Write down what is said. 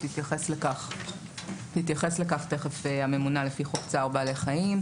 תתייחס לכך תכף הממונה לפי חוק צער בעלי חיים.